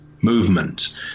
movement